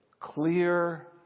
clear